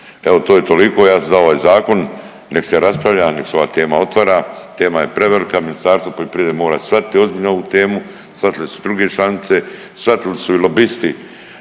Evo to je toliko, ja sam za ovaj zakon, nek se raspravlja i nek se ova tema otvara, tema je prevelika, Ministarstvo poljoprivrede mora shvatiti ozbiljno ovu temu, shvatile su i druge članice, shvatili su i lobisti